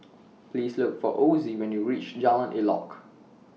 Please Look For Ozie when YOU REACH Jalan Elok